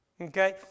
Okay